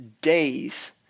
days